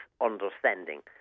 understanding